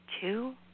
Two